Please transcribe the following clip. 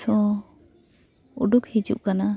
ᱥᱚ ᱩᱰᱩᱠ ᱦᱤᱡᱩᱜ ᱠᱟᱱᱟ